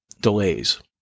delays